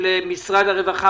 משרד הרווחה,